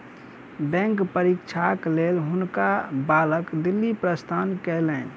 bank परीक्षाक लेल हुनका बालक दिल्ली प्रस्थान कयलैन